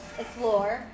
explore